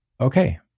Okay